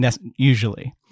Usually